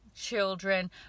children